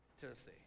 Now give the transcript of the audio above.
Tennessee